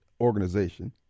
organization